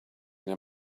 near